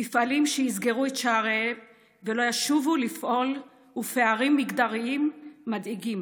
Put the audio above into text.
מפעלים שיסגרו את שעריהם ולא ישובו לפעול ופערים מגדריים מדאיגים.